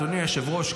אדוני היושב-ראש,